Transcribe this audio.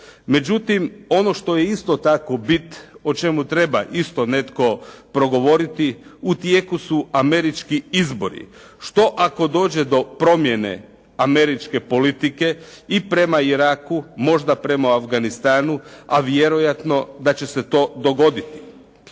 Međutim ono što je isto tako bit, o čemu treba isto netko progovoriti u tijeku su američki izbori. Što ako dođe do promjene američke politike i prema Iraku, možda prema Afganistanu a vjerojatno da će se to dogoditi?